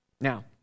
Now